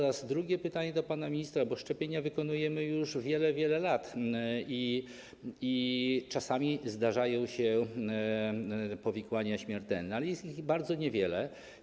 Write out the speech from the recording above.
Mam też drugie pytanie do pana ministra, bo szczepienia wykonujemy już wiele, wiele lat i czasami zdarzają się powikłania śmiertelne, choć jest ich bardzo niewiele.